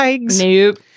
Nope